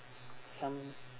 some